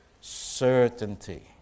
certainty